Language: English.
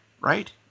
right